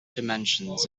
dimensions